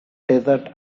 desert